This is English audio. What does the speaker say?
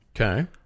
Okay